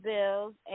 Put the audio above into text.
Bills